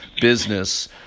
business